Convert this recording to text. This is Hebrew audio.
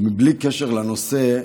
בלי קשר לנושא,